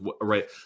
Right